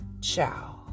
Ciao